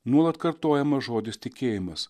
nuolat kartojamas žodis tikėjimas